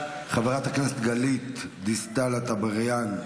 חברת הכנסת גלית דיסטל אטבריאן,